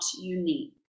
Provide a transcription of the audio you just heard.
unique